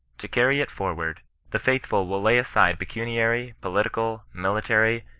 to carry it for ward the faithful will lay aside pecuniary, political, military,